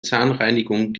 zahnreinigung